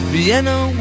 Vienna